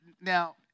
now